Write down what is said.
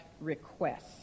requests